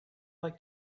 like